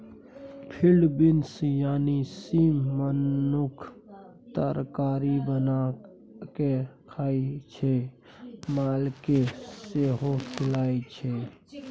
field beans यानी सीम मनुख तरकारी बना कए खाइ छै मालकेँ सेहो खुआएल जाइ छै